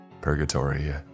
Purgatory